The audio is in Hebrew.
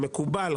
מקובל,